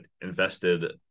invested